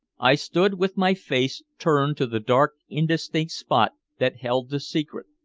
i stood with my face turned to the dark indistinct spot that held the secret,